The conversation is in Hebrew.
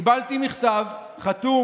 קיבלתי מכתב חתום